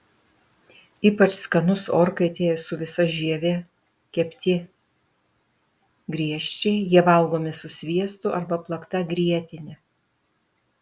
ypač skanus orkaitėje su visa žieve kepti griežčiai jie valgomi su sviestu arba plakta grietine